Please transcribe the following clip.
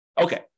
Okay